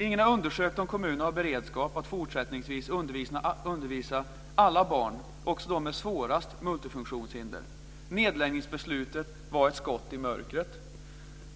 Ingen har undersökt om kommunerna har beredskap att fortsättningsvis undervisa alla barn, också de med de svåraste multifunktionshindren. Nedläggningsbeslutet var ett skott i mörkret.